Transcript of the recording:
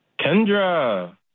Kendra